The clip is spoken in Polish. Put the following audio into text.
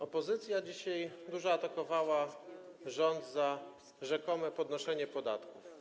Opozycja dzisiaj bardzo atakowała rząd za rzekome podnoszenie podatków.